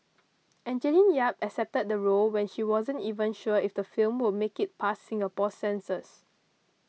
Angeline Yap accepted the role when she wasn't even sure if the film will make it past Singapore's censors